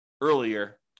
earlier